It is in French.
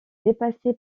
dépassé